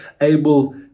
able